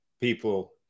people